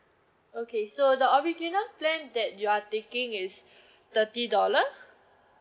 okay so the original plan that you are taking is thirty dollar